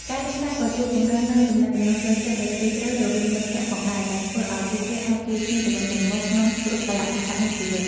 ការលេងសើចក៏ជួយពង្រឹងនូវទំនាក់ទំនងផ្លូវចិត្តដ៏ជ្រាលជ្រៅរវាងមិត្តភក្តិផងដែរ ដែលធ្វើឲ្យពួកគេអាចជួយគ្នាទៅវិញទៅមកក្នុងគ្រប់កាលៈទេសៈនៃជីវិត។